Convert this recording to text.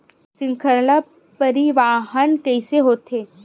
श्रृंखला परिवाहन कइसे होथे?